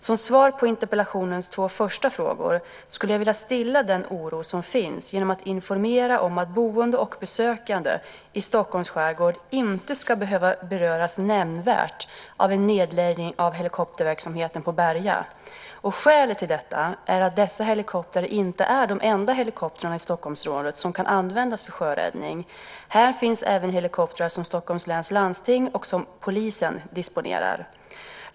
Som svar på interpellationens två första frågor skulle jag vilja stilla den oro som finns genom att informera om att boende och besökande i Stockholms skärgård inte ska behöva beröras nämnvärt av en nedläggning av helikopterverksamheten på Berga. Skälet till detta är att dessa helikoptrar inte är de enda helikoptrarna i Stockholmsområdet som kan användas för sjöräddning. Här finns även helikoptrar som Stockholms läns landsting och polisen disponerar.